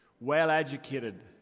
well-educated